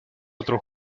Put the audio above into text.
otro